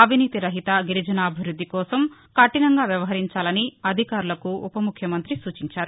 అవినీతి రహిత గిరిజనాభివృద్ది కోసం కఠినంగా వ్యవహరించాలని అధికారులకు ఉప ముఖ్యమంతి సూచించారు